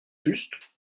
juste